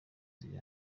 ziri